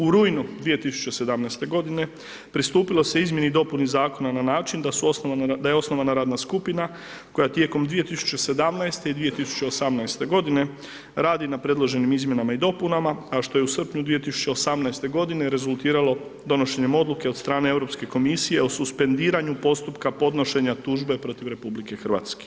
U rujnu 2017. godine pristupilo se izmjeni dopuni zakona na način da je osnovana radna skupina koja tijekom 2017. i 2018. godine radi na predloženim izmjenama i dopunama, a što je u srpnju 2018. godine rezultiralo donošenjem odluke od strane Europske komisije o suspendiranju postupka podnošenja tužbe protiv RH.